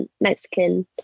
Mexican